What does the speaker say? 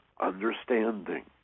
understanding